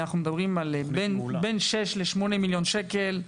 אנחנו מדברים על בין שישה לשמונה מיליון שקל,